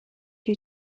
who